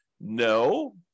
No